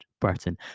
Burton